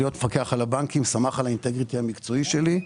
להיות המפקח על הבנקים סמך על האינטגריטי המקצועי שלי.